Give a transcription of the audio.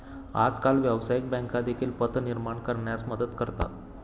आजकाल व्यवसायिक बँका देखील पत निर्माण करण्यास मदत करतात